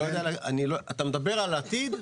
אתה מדבר על העתיד?